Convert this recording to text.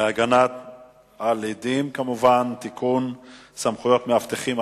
להגנה על עדים (תיקון) (סמכויות מאבטחים),